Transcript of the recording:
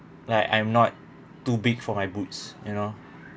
like I'm not too big for my boots you know